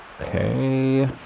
Okay